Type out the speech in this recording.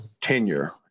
tenure